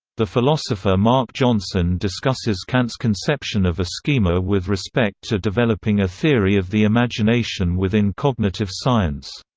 the philosopher mark johnson discusses kant's conception of a schema with respect to developing a theory of the imagination within cognitive science.